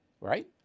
right